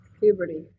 puberty